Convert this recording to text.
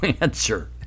answer